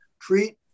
treat